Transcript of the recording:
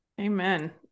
Amen